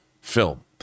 film